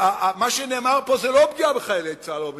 מה שנאמר פה זה לא פגיעה בחיילי צה"ל או במשטרה,